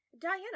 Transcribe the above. Diana